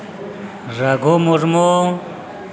Raghu Murmu